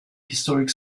historic